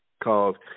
called